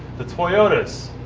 the toyotas.